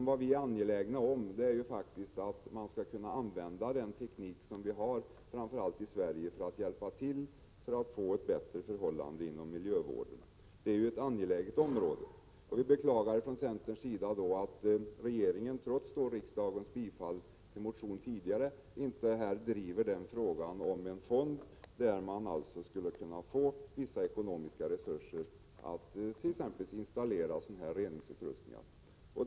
Vad vi är angelägna om är att vi skall kunna använda den teknik vi har i Sverige för att hjälpa till att åstadkomma bättre förhållanden inom miljövården. Det är ju ett angeläget område. Vi inom centern beklagar att regeringen, trots riksdagens bifall till vår tidigare motion, inte driver frågan om en fond för vissa ekonomiska resurser till installationer av reningsutrustningar.